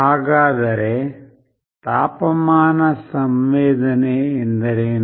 ಹಾಗಾದರೆ ತಾಪಮಾನ ಸಂವೇದನೆ ಎಂದರೇನು